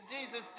Jesus